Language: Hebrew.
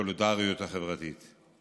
והסולידריות החברתית.